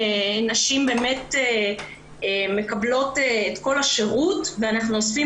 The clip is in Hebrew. נשים באמת מקבלות את כל השירות ואנחנו אוספים